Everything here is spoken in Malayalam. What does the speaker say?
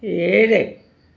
ഏഴ്